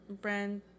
brand